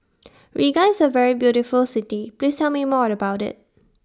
Riga IS A very beautiful City Please Tell Me More about IT